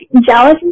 jealous